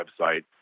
website